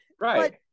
right